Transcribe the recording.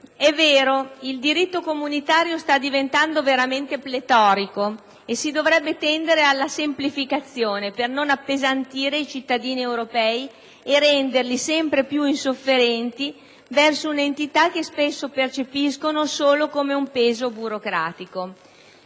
è vero, il diritto comunitario sta diventando veramente pletorico e si dovrebbe tendere alla semplificazione per non appesantire i cittadini europei e renderli sempre più insofferenti verso un'entità che spesso percepiscono solo come un peso burocratico.